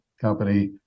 company